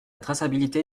traçabilité